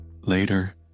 Later